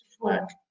work